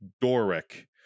doric